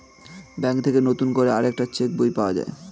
bank থেকে নতুন করে আরেকটা চেক বই পাওয়া যায়